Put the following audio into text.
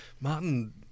Martin